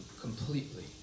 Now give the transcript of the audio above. completely